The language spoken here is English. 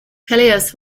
pelias